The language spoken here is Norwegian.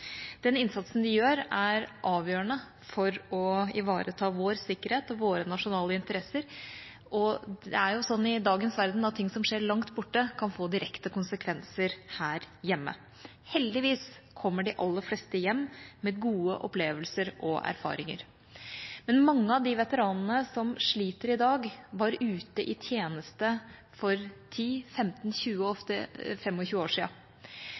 Den innsatsen de gjør, er avgjørende for å ivareta vår sikkerhet og våre nasjonale interesser, og det er jo sånn i dagens verden at ting som skjer langt borte, kan få direkte konsekvenser her hjemme. Heldigvis kommer de aller fleste hjem med gode opplevelser og erfaringer, men mange av de veteranene som sliter i dag, var ute i tjeneste for 10, 15, 20, ofte 25 år